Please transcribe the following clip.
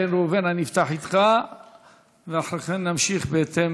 מיכל בירן, אחמד טיבי ועיסאווי פריג';